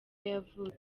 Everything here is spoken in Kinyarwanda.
yavutse